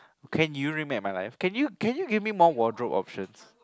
can you remake my life can you give me more wardrobe options